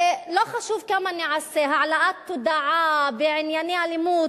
ולא חשוב כמה נעשה העלאת תודעה בענייני אלימות,